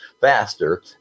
faster